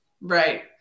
Right